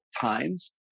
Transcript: times